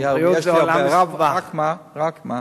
רק מה?